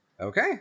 Okay